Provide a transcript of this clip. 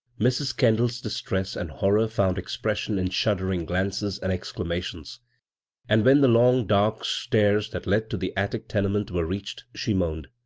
mrs. kendall's distress and horror found expression in shuddering glances and exclamations and when the long dark stairs that led to the attic tenement were reached, she moaned